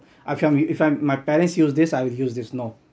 I've shown me if my parents use this I will use this no